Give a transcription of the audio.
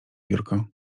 biurko